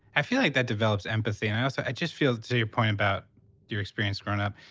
i feel like that develops empathy. and also i just feel, to your point about your experience growing up,